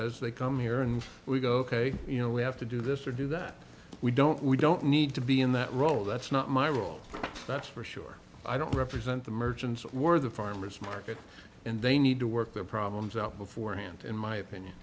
says they come here and we go ok you know we have to do this or do that we don't we don't need to be in that role that's not my role that's for sure i don't represent the merchants or the farmers market and they need to work their problems out beforehand in my opinion